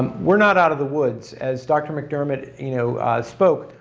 we're not out of the woods as dr. mcdermott, you know spoke.